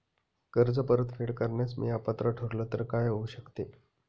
कर्ज परतफेड करण्यास मी अपात्र ठरलो तर काय होऊ शकते?